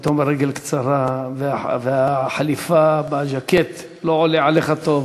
פתאום הרגל קצרה והז'קט לא עולה עליך טוב.